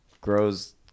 grows